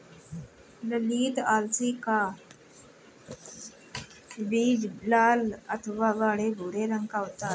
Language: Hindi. ललीत अलसी का बीज लाल अथवा गाढ़े भूरे रंग का होता है